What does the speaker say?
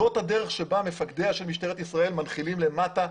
זאת הדרך בה מפקדיה של משטרת ישראל מנחילים למטה,